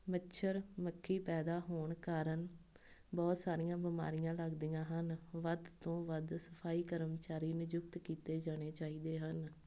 ਮੱਛਰ ਮੱਖੀ ਪੈਦਾ ਹੋਣ ਕਾਰਣ ਬਹੁਤ ਸਾਰੀਆਂ ਬਿਮਾਰੀਆਂ ਲੱਗਦੀਆਂ ਹਨ ਵੱਧ ਤੋਂ ਵੱਧ ਸਫ਼ਾਈ ਕਰਮਚਾਰੀ ਨਿਯੁਕਤ ਕੀਤੇ ਜਾਣੇ ਚਾਹੀਦੇ ਹਨ